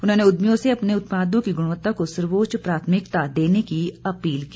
उन्होंने उद्यमियों से अपने उत्पादों की गुणवत्ता को सर्वोच्च प्राथमिकता देने की अपील की